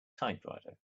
typewriter